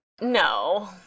No